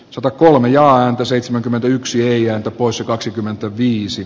sota kolme ja häntä seitsemänkymmentäyksi neljä poissa kaksikymmentäviisi